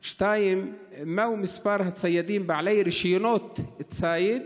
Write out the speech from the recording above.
2. מהו מספר הציידים בעלי רישיונות ציד?